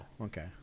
okay